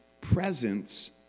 Presence